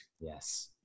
yes